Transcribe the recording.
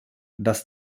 das